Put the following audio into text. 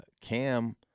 Cam